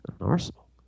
arsenal